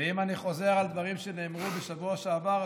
ואם אני חוזר על דברים שנאמרו בשבוע שעבר,